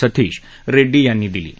सथीश रेड्डी यांनी दिली आहे